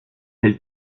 elle